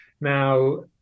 Now